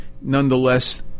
nonetheless